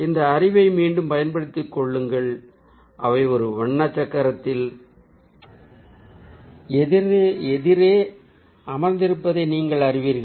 இந்த அறிவை மீண்டும் பயன்படுத்திக் கொள்ளுங்கள் அவை ஒரு வண்ண சக்கரத்தில் எதிரே அமர்ந்திருப்பதை நீங்கள் அறிவீர்கள்